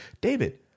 David